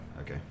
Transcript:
Okay